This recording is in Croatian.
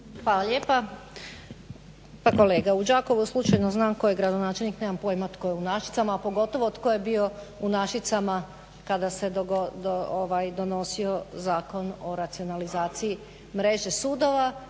Hvala lijepa. Pa kolega u Đakovu slučajno znam tko je gradonačelnik, nemam pojma tko je u Našicama a pogotovo tko je bio u Našicama kada se donosio Zakon o racionalizaciji mreže sudova.